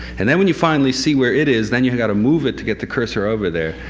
and then when you finally see where it is, then you've got to move it to get the cursor over there,